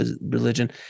religion